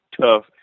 tough